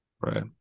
right